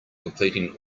completing